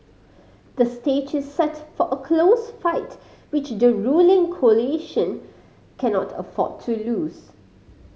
the stage is set for a close fight which the ruling coalition cannot afford to lose